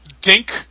Dink